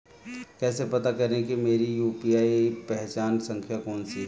कैसे पता करें कि मेरी यू.पी.आई पहचान संख्या कौनसी है?